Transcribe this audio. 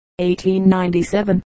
1897